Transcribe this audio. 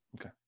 okay